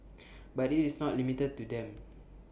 but IT is not limited to them